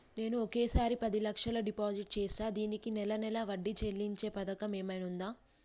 నేను ఒకేసారి పది లక్షలు డిపాజిట్ చేస్తా దీనికి నెల నెల వడ్డీ చెల్లించే పథకం ఏమైనుందా?